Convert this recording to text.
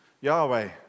Yahweh